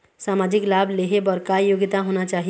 सामाजिक लाभ लेहे बर का योग्यता होना चाही?